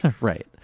Right